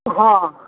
हाँ